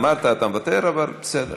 אמרת: אתה מוותר, אבל בסדר.